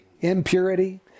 impurity